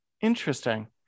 interesting